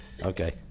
Okay